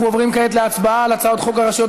אנחנו עוברים כעת להצבעה על הצעת חוק הרשויות